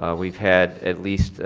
ah we've had at least